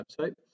website